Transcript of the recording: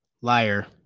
Liar